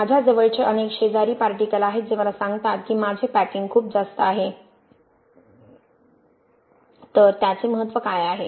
माझ्या जवळचे अनेक शेजारी पार्टिकलआहेत जे मला सांगतात की माझे पॅकिंग खूप जास्त आहे तर त्याचे महत्त्व काय आहे